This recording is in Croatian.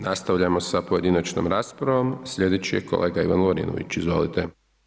Nastavljamo sa pojedinačnom raspravom slijedeći je kolega Ivan Lovrinović, izvolite.